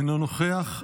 אינו נוכח.